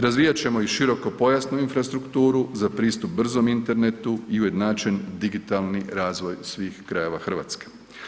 Razvijat ćemo i širokopojasnu infrastrukturu za pristup brzom internetu i ujednačen digitalni razvoj svih krajeva RH.